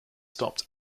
stopped